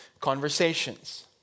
conversations